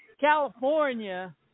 California